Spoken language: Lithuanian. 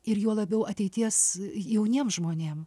ir juo labiau ateities jauniem žmonėm